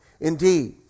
Indeed